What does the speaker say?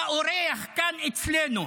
אתה אורח כאן אצלנו.